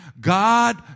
God